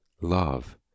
Love